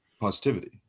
positivity